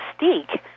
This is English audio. mystique